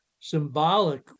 symbolic